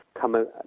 come